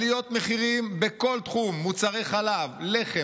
עליות מחירים בכל תחום: מוצרי חלב, לחם.